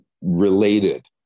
related